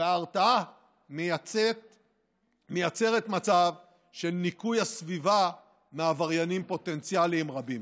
וההרתעה מייצרת מצב של ניקוי הסביבה מעבריינים פוטנציאליים רבים.